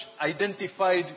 identified